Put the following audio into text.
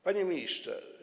Panie Ministrze!